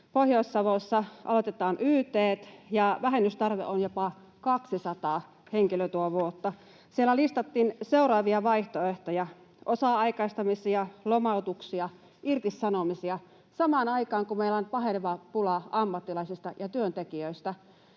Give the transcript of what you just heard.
Pohjois-Savossa aloitetaan yt:t ja vähennystarve on jopa 200 henkilötyövuotta. Siellä listattiin seuraavia vaihtoehtoja: osa-aikaistamisia, lomautuksia, irtisanomisia — samaan aikaan, kun meillä on paheneva pula ammattilaisista ja työntekijöistä.